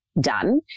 done